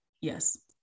Yes